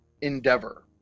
endeavor